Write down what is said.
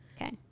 Okay